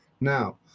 Now